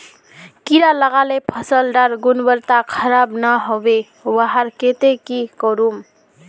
कीड़ा लगाले फसल डार गुणवत्ता खराब ना होबे वहार केते की करूम?